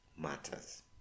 Matters